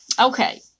Okay